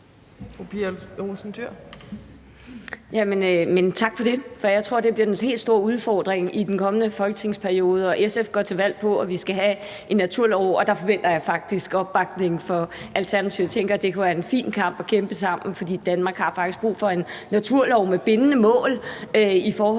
Tak for det. Jeg tror, det bliver den helt store udfordring i den kommende folketingsperiode. SF går til valg på, at vi skal have en naturlov, og der forventer jeg faktisk opbakning fra Alternativet. Jeg tænker, det kunne være en fin kamp at kæmpe sammen, for Danmark har faktisk brug for en naturlov med bindende mål om urørt